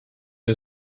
der